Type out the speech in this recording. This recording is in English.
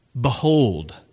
Behold